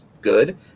good